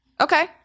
Okay